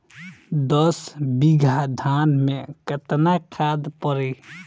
दस बिघा धान मे केतना खाद परी?